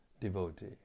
devotee